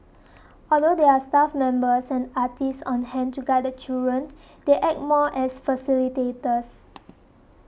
although there are staff members and artists on hand to guide the children they act more as facilitators